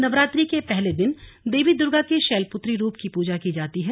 नवरात्रि के पहले दिन देवी दुर्गा के शैलपुत्री रूप की पूजा की जाती है